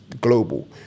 global